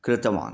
कृतवान्